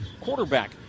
quarterback